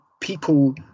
people